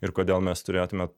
ir kodėl mes turėtume